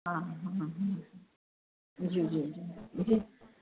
हा हा जी जी जी जी